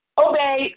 obey